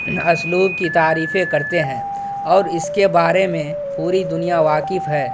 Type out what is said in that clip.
اسلوب کی تعریفیں کرتے ہیں اور اس کے بارے میں پوری دنیا واقف ہے